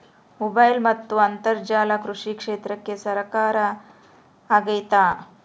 Mobile ಮತ್ತು ಅಂತರ್ಜಾಲ ಕೃಷಿ ಕ್ಷೇತ್ರಕ್ಕೆ ಸಹಕಾರಿ ಆಗ್ತೈತಾ?